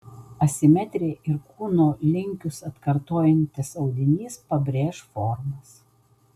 asimetrija ir kūno linkius atkartojantis audinys pabrėš formas